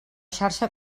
xarxa